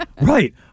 right